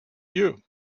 you